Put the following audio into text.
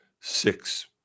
six